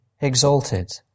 exalted